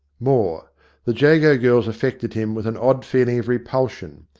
more the jago girls affected him with an odd feeling of repulsion.